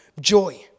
joy